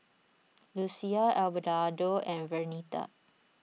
Lucina Abelardo and Vernita